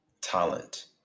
talent